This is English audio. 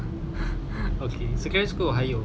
okay secondary school 还有